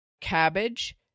cabbage